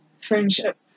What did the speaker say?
friendship